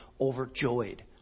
overjoyed